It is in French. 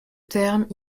termes